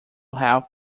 health